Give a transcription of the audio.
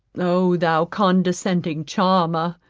oh thou condescending charmer,